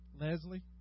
Leslie